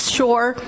Shore